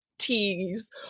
tease